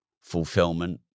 fulfillment